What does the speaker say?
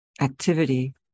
activity